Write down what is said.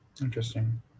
Interesting